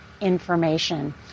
information